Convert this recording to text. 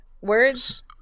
words